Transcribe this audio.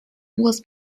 was